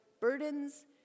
burdens